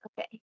Okay